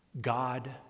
God